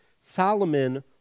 Solomon